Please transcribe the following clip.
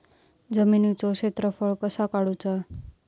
जमिनीचो क्षेत्रफळ कसा काढुचा?